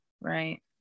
Right